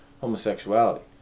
homosexuality